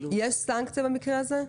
יש סנקציה במקרה הזה?